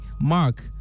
mark